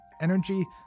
energy